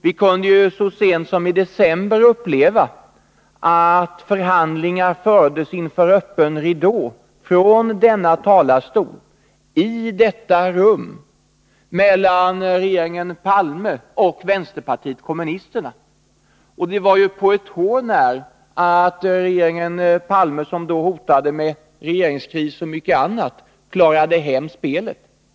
Vi kunde så sent som i december uppleva att förhandlingar fördes inför öppen ridå, från denna talarstol, i detta rum, mellan regeringen Palme och vänsterpartiet kommunisterna. Det var på ett hår när att regeringen Palme, som då hotade med regeringskris och mycket annat, klarade hem spelet.